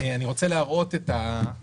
אני רוצה להראות את התקציב,